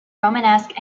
romanesque